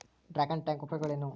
Dragon tank ಉಪಯೋಗಗಳೇನು?